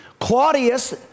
Claudius